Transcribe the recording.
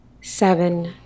seven